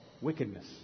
wickedness